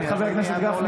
חבר הכנסת גפני,